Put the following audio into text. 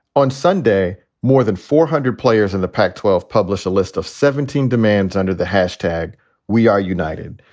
on sunday, more than four hundred players in the pac twelve published a list of seventeen demands under the hashtag we are united.